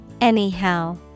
Anyhow